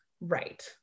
Right